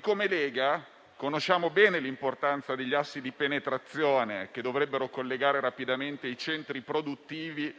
come Lega conosciamo bene l'importanza degli assi di penetrazione che dovrebbero collegare rapidamente i centri produttivi